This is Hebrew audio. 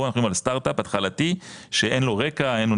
פה אנחנו מדברים על סטארט אפ התחלתי שאין לו רקע אין לו